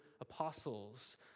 apostles